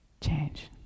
change